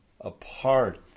apart